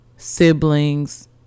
siblings